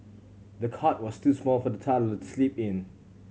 the cot was too small for the toddler to sleep in